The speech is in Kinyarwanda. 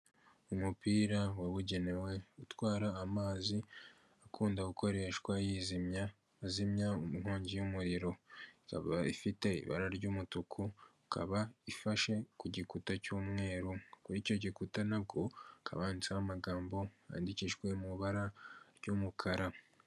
Umupira wabugenewe utwara amazi akunda gukoreshwa yizimya, azimya mu inkongi y'umuriro, ikaba ifite ibara ry'umutuku ikaba ifashe ku gikuta cy'umweru, kuri icyo gikuta nabwo hakaba handitseho amagambo yandikijwe mu ibara ry'umukara.